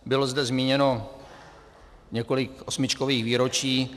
Bylo zde zmíněno několik osmičkových výročí.